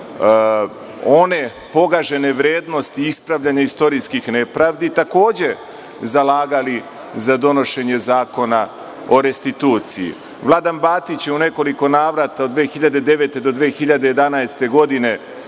one pogažene vrednosti ispravljanja istorijskih nepravdi takođe zalagali za donošenje Zakona o restituciji. Vladan Batić je u nekoliko navrata od 2009. godine do 2011. godine